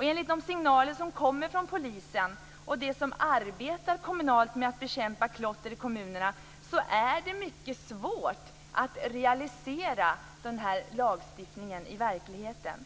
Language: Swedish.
Enligt de signaler som kommer från polisen och de som arbetar kommunalt med att bekämpa klotter i kommunerna är det mycket svårt att realisera denna lagstiftning i verkligheten.